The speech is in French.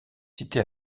cité